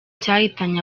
cyahitanye